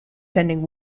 sending